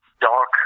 dark